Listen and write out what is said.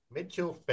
Mitchell